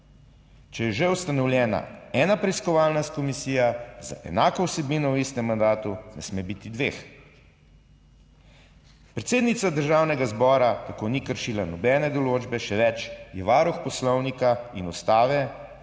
če je že ustanovljena ena preiskovalna komisija z enako vsebino v istem mandatu, ne sme biti dveh. Predsednica Državnega zbora tako ni kršila nobene določbe, še več, je varuh Poslovnika in Ustave.